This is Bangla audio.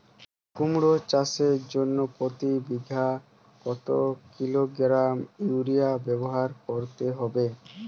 কুমড়ো চাষের জন্য প্রতি বিঘা কত কিলোগ্রাম ইউরিয়া ব্যবহার করতে হবে?